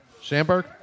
Sandberg